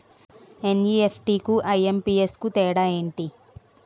NEFT కు IMPS కు తేడా ఎంటి?